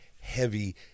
heavy